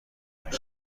دهیم